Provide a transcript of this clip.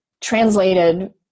translated